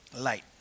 light